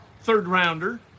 third-rounder